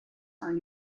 are